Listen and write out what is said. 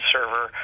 Server